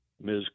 Ms